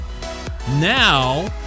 Now